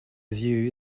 view